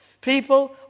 People